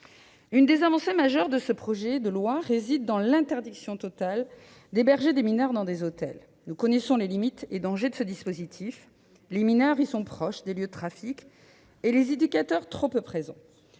L'une des avancées majeures de ce projet de loi est l'interdiction totale d'héberger des mineurs dans des hôtels. Nous connaissons les limites et dangers de ce dispositif : les mineurs y sont proches des lieux de trafic et les éducateurs trop peu présents.